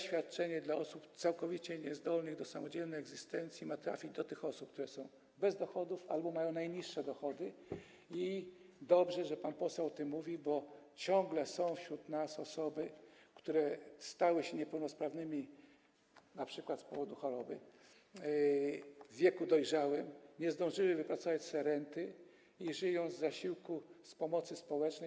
Świadczenie dla osób całkowicie niezdolnych do samodzielnej egzystencji ma trafić do tych osób, które są bez dochodów albo mają najniższe dochody, i dobrze, że pan poseł o tym mówi, bo ciągle są wśród nas osoby, które stały się niepełnosprawnymi, np. z powodu choroby, w wieku dojrzałym, nie zdążyły wypracować sobie renty i żyją z zasiłku z pomocy społecznej.